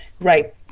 Right